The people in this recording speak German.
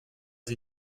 sie